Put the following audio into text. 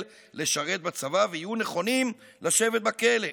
לשרת בצבא ויהיו נכונים לשבת בכלא.